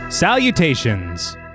salutations